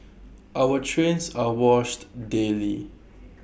our trains are washed daily